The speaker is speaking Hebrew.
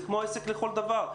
זה כמו עסק לכל דבר.